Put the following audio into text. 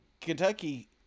Kentucky –